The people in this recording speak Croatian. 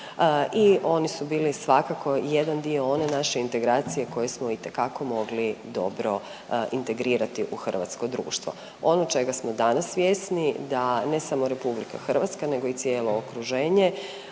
i oni su bili svakako jedan dio one naše integracije koju smo itekako mogli dobro integrirati u hrvatsko društvo. Ono čega smo danas svjesni da ne samo RH nego i cijelo okruženje